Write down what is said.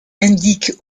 indique